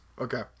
Okay